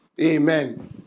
Amen